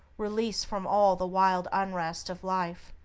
release from all the wild unrest of life?